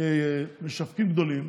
משקים גדולים,